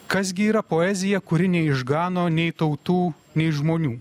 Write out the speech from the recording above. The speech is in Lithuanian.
kas gi yra poezija kuri neišgano nei tautų nei žmonių